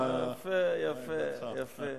יפה, יפה, יפה.